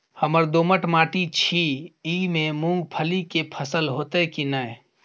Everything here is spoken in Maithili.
हमर दोमट माटी छी ई में मूंगफली के फसल होतय की नय?